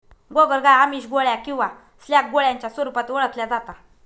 गोगलगाय आमिष, गोळ्या किंवा स्लॅग गोळ्यांच्या स्वरूपात ओळखल्या जाता